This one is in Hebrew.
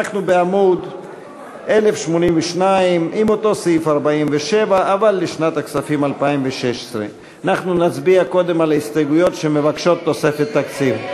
אנחנו בעמוד 1082 עם אותו סעיף 47 אבל לשנת הכספים 2016. אנחנו נצביע קודם על ההסתייגויות שמבקשות תוספת תקציב.